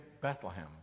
Bethlehem